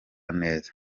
neza